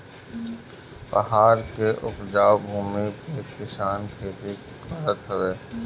पहाड़ के उपजाऊ भूमि पे किसान खेती करत हवे